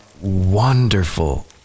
wonderful